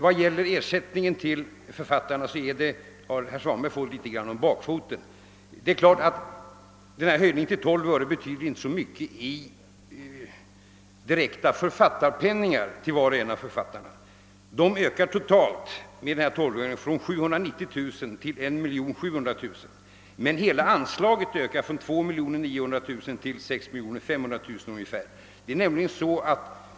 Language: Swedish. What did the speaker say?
Vad gäller ersättningen till författarna har herr Svanberg nog något missuppfattat denna fråga. Höjningen till 12 öre betyder inte så mycket i direkta författarpengar till var och en av författarna. De ökar totalt från 790 000 kronor till 1700 000 kronor. Hela anslaget ökar emellertid från 2 900 000 kronor till ungefär 6 500 000 kronor.